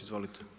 Izvolite.